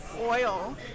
oil